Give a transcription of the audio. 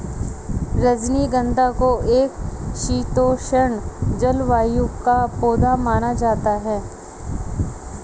रजनीगंधा को एक शीतोष्ण जलवायु का पौधा माना जाता है